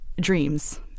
dreams